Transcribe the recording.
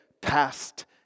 past